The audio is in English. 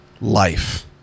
life